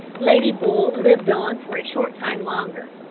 lady bull lived on for a short time longer.